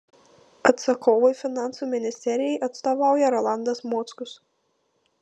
atsakovui finansų ministerijai atstovauja rolandas mockus